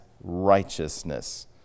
righteousness